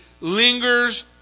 lingers